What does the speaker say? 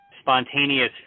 spontaneous